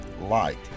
light